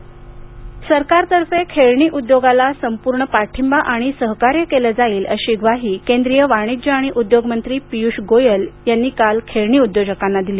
खेळणी महोत्सव सरकारतर्फे खेळणी उद्योगाला संपूर्ण पाठिंबा आणि सहकार्य केलं जाईल अशी ग्वाही केंद्रीय वाणिज्य आणि उद्योगमंत्री पीयूष गोयल यांनी काल खेळणी उद्योजकांना दिली